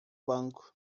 banco